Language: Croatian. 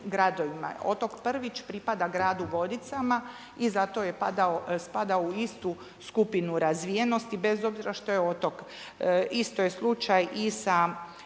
Otok Prvić pripada gradu Vodicama i zato je spadao u istu skupinu razvijenosti bez obzira što je otok. Isto je slučaj i sa